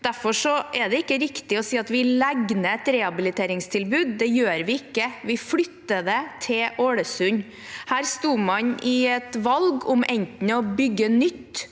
Derfor er det ikke er riktig å si at vi legger ned et rehabiliteringstilbud. Det gjør vi ikke. Vi flytter det til Ålesund. Her sto man i et valg om enten å bygge nytt